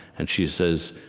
and she says,